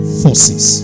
forces